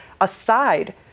aside